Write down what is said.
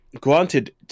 Granted